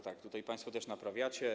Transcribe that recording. Tak, tutaj państwo też naprawiacie.